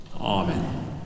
Amen